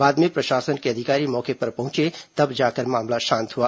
बाद में प्रशासन के अधिकारी मौके पर पहंचे तब जाकर मामला शांत हुआ